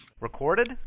Recorded